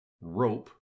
Rope